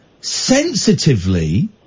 sensitively